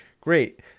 great